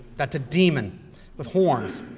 that's a demon with horns.